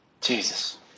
Jesus